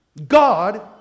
God